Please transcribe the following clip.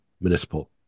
municipal